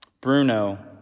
bruno